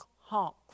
honk